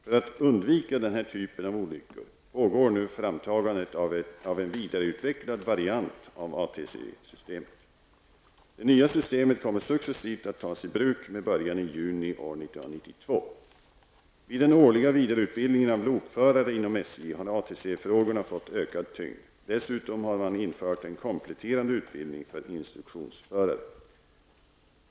För att undvika den här typen av olyckor pågår nu framtagandet av en vidareutvecklad variant av ATC-systemet. Det nya systemet kommer successivt att tas i bruk med början i juni år 1992. Vid den årliga vidareutbildningen av lokförare inom SJ har ATC-frågorna fått ökad tyngd. Dessutom har man infört en kompletterande utbildning för instruktionsförare.